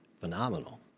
phenomenal